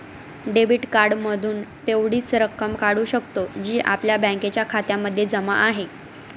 debit card मधून तेवढीच रक्कम काढू शकतो, जी आपल्या बँकेच्या खात्यामध्ये जमा आहे